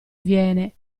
viene